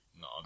no